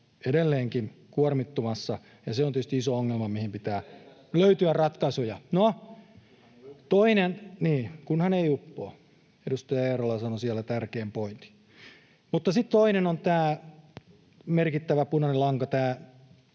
edelleenkin kuormittumassa. Ja se on tietysti iso ongelma, mihin pitää löytyä ratkaisuja. No, toinen... [Juho Eerolan välihuuto] — Niin, kunhan ei uppoa. Edustaja Eerola sanoi siellä tärkeän pointin. — Mutta sitten toinen on tämä merkittävä punainen lanka,